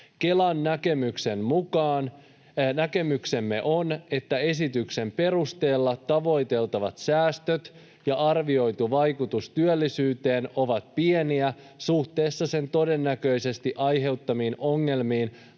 mukaan: ”Näkemyksemme on, että esityksen perusteella tavoiteltavat säästöt ja arvioitu vaikutus työllisyyteen ovat pieniä suhteessa sen todennäköisesti aiheuttamiin ongelmiin